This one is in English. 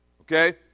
okay